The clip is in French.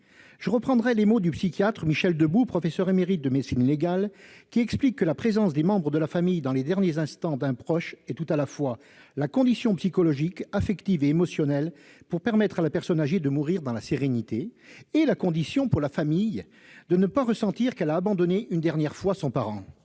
Je reprendrai les mots du psychiatre Michel Debout, professeur émérite de médecine légale, qui explique que la présence des membres de la famille dans les derniers instants d'un proche est tout à la fois « la condition psychologique, affective et émotionnelle, pour permettre à la personne âgée de mourir dans la sérénité » et la condition pour « la famille de ne pas ressentir qu'elle a abandonné une dernière fois son parent